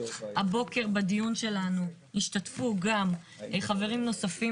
הבוקר בדיון שלנו השתתפו גם חברים נוספים